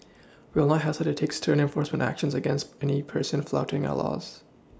we will not hesitate to take stern enforcement actions against any person flouting our laws